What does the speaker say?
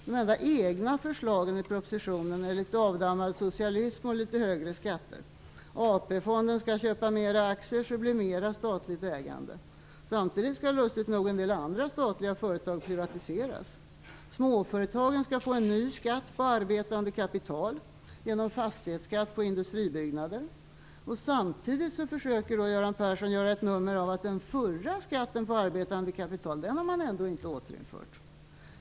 De enda egna förslagen i propositionen är litet avdammad socialism och litet högre skatter. AP-fonden skall köpa mera aktier så att det blir mera statligt ägande. Samtidigt skall lustigt nog en del andra statliga företag privatiseras. Småföretagen skall få en ny skatt på arbetande kapital genom fastighetsskatt på industribyggnader. Samtidigt försöker Göran Persson göra ett nummer av att man inte har återinfört den förra skatten på arbetande kapital.